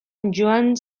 joan